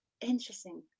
Interesting